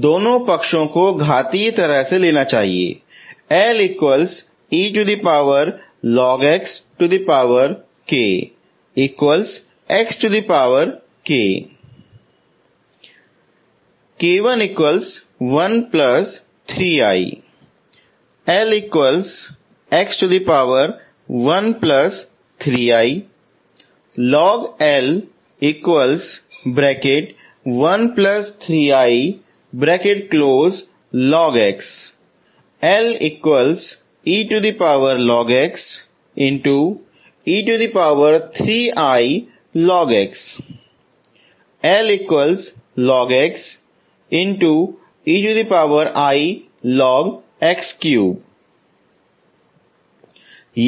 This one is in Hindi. दोनों पक्षों को घातीय तरह से लेना यह